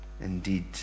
Indeed